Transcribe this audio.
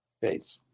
faith